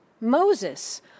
Moses